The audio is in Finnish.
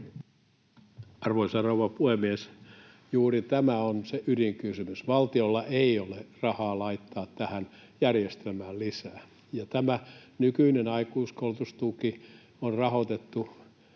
Arvoisa rouva puhemies! Juuri tämä on se ydinkysymys. Valtiolla ei ole rahaa laittaa tähän järjestelmään lisää. Tämä nykyinen aikuiskoulutustuki on rahoitettu